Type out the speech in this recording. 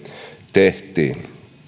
tehtiin